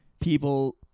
people